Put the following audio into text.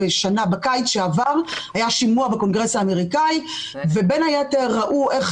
שבקיץ שעבר היה שימוע בקונגרס האמריקאי ובין היתר ראו איך